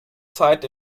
zeit